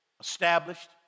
established